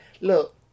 look